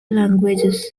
languages